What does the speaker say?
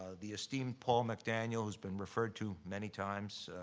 the esteemed paul mcdaniel, who's been referred to many times,